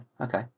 Okay